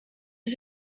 het